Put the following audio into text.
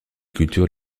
cultures